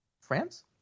France